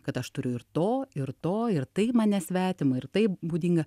kad aš turiu ir to ir to ir tai man nesvetima ir tai būdinga